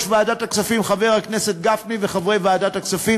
ועדת הכספים חבר הכנסת גפני וחברי ועדת הכספים.